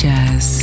Jazz